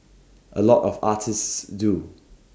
A lot of artists do